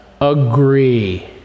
agree